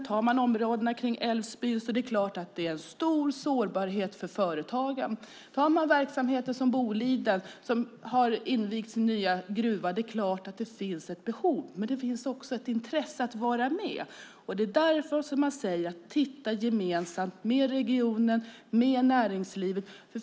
Ser man på områdena kring Älvsbyn är det klart att det är en stor sårbarhet för företagen. När det gäller verksamheter som Boliden som har invigt sin nya gruva är det klart att det finns ett behov, men det finns också ett intresse av att vara med, och det är därför man säger att man ska titta gemensamt med regionen och med näringslivet.